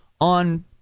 on